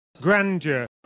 grandeur